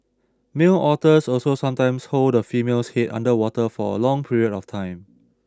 male otters also sometimes hold the female's head under water for a long period of time